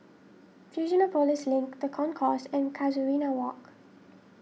Fusionopolis Link the Concourse and Casuarina Walk